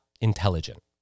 intelligent